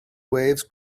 waves